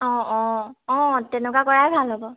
অঁ অঁ অঁ তেনেকুৱা কৰাই ভাল হ'ব